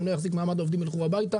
אם הוא לא יחזיק מעמד העובדים ילכו הביתה.